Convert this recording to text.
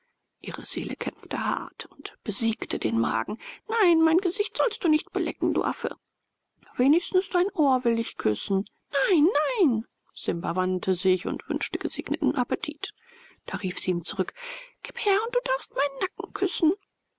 ihre seele kämpfte hart und besiegte den magen nein mein gesicht sollst du nicht belecken du affe wenigstens dein ohr will ich küssen nein nein simba wandte sich und wünschte gesegneten appetit da rief sie ihn zurück gib her und du darfst meinen nacken küssen